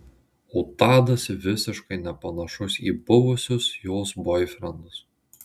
o tadas visiškai nepanašus į buvusius jos boifrendus